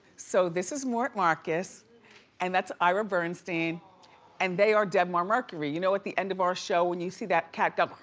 so this is mort marcus and that's ira bernstein and they are debmar-mercury. you know at the end of our show when you see that cat go